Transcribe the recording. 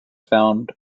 found